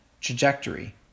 trajectory